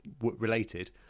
related